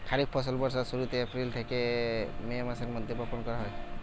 খরিফ ফসল বর্ষার শুরুতে, এপ্রিল থেকে মে মাসের মধ্যে বপন করা হয়